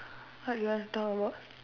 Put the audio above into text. what you want talk about